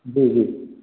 जी जी